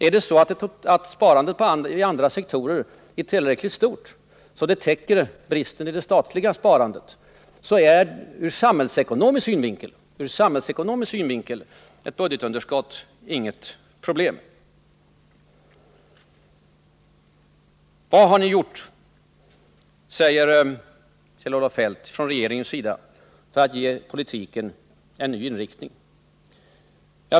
Om sparandet i andra sektorer är tillräckligt stort, så att det täcker bristen i det statliga sparandet, är ur samhällsekonomisk synvinkel ett budgetunderskott inget problem. Vad har ni gjort, frågar Kjell-Olof Feldt, från regeringens sida för att ge politiken en ny inriktning?